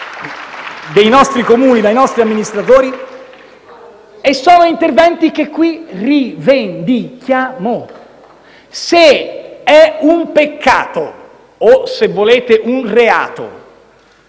dei nostri Comuni, dai nostri amministratori e in questa sede li rivendichiamo. Se è un peccato, o se volete un reato